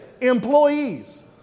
employees